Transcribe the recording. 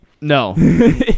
No